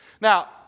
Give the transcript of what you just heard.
Now